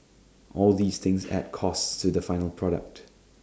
all these things add costs to the final product